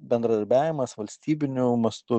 bendradarbiavimas valstybiniu mastu